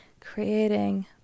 creating